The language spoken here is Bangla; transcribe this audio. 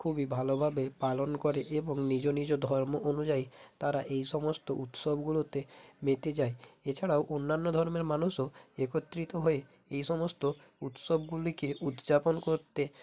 খুবই ভালোভাবে পালন করে এবং নিজ নিজ ধর্ম অনুযায়ী তারা এই সমস্ত উৎসবগুলোতে মেতে যায় এছাড়াও অন্যান্য ধর্মের মানুষও একত্রিত হয়ে এই সমস্ত উৎসবগুলিকে উদ্যাপন করতে